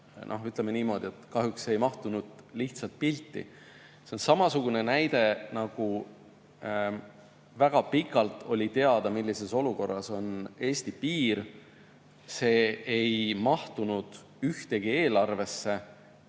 ütleme niimoodi, kahjuks ei mahtunud lihtsalt pilti. See on samasugune näide nagu see, et väga pikalt oli teada, millises olukorras on Eesti piir. See ei mahtunud ühtegi eelarvesse